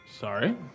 Sorry